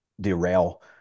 derail